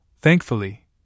Thankfully